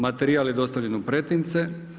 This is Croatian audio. Materijal je dostavljen u pretince.